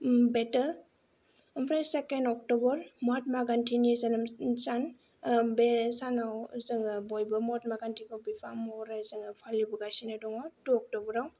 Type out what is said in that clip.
battle ओमफ्राय second October Mahatma गान्धिनि जोनोमसान बे सानाव जोङो बयबो महात्मा गान्धिखौ बिफा महरै जोङो फालिबोगासिनो दङ टु अक्ट'बराव